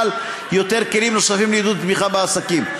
יותר כלים נוספים לעידוד ותמיכה בעסקים.